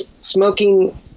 smoking